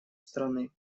страны